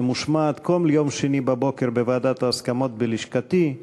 שמושמעת כל יום שני בבוקר בוועדת ההסכמות בלשכתי,